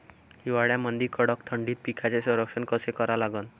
हिवाळ्यामंदी कडक थंडीत पिकाचे संरक्षण कसे करा लागन?